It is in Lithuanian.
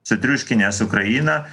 sutriuškinęs ukrainą